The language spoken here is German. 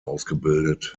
ausgebildet